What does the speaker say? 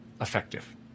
effective